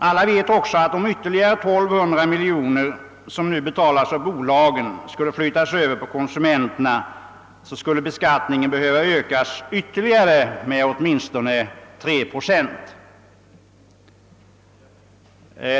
Alla vet också att beskattningen skulle behöva öka med åtminstone ytterligare 3 procent, om de 1200 miljoner som nu betalas av bolagen skulle flyttas över på konsumenterna.